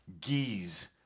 geese